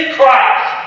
Christ